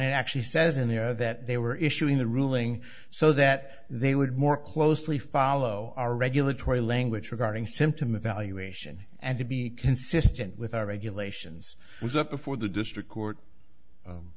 it actually says in there that they were issuing the ruling so that they would more closely follow our regulatory language regarding symptom evaluation and to be consistent with our regulations was up before the district court